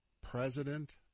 President